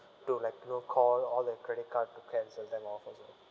to like you know call all the credit card to cancel them all first